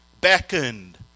beckoned